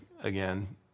again